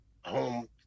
home